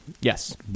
yes